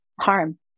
harm